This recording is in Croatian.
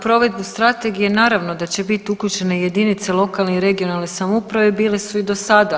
U provedbu strategiju naravno da će bit uključene jedinice lokalne i regionalne samouprave, bile su i do sada.